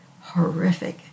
horrific